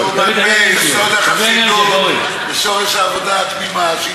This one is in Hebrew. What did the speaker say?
סוד החסידות ושורש העבודה התמימה.